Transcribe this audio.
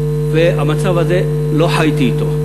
והמצב הזה, לא חייתי אתו.